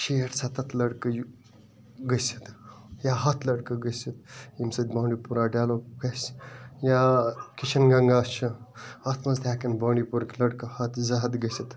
شیٹھ سَتَتھ لٔڑکہٕ گٔژھِتھ یا ہتھ لٔڑکہٕ گٔژھِتھ ییٚمہِ سۭتۍ بانٛڈی پورہ ڈیٚولپ گَژھِ یا کِشَن گنگا چھ اَتھ مَنٛز تہِ ہیٚکن بانٛڈی پورہک لٔڑکہٕ ہتھ زٕ ہتھ گٔژھِتھ